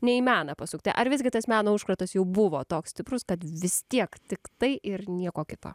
ne į meną pasukti ar visgi tas meno užkratas jau buvo toks stiprus kad vis tiek tiktai ir nieko kito